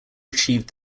achieved